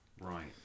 Right